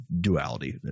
duality